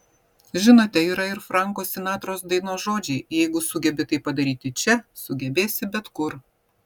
žinote yra ir franko sinatros dainos žodžiai jeigu sugebi tai padaryti čia sugebėsi bet kur